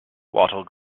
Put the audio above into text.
wattle